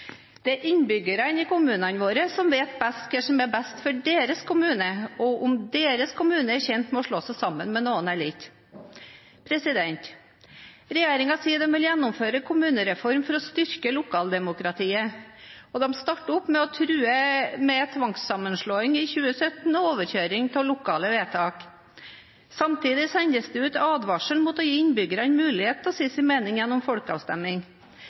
Det er innbyggerne i kommunene våre som vet best hva som er best for deres kommune, og om deres kommune er tjent med å slå seg sammen med noen eller ikke. Regjeringen sier den vil gjennomføre kommunereformen for å styrke lokaldemokratiet, og de starter opp med å true med tvangssammenslåing i 2017 og overkjøring av lokale vedtak. Samtidig sendes det ut advarsler mot å gi innbyggerne mulighet til å si sin mening gjennom folkeavstemning.